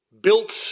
built